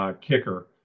kicker